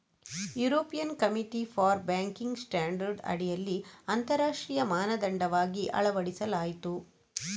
European committee for banking standard ಅಡಿಯಲ್ಲಿ ಅಂತರರಾಷ್ಟ್ರೀಯ ಮಾನದಂಡವಾಗಿ ಅಳವಡಿಸಲಾಯಿತು